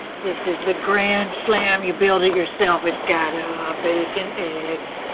this is the grand slam, you build it yourself. it's got bacon, eggs,